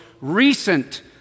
recent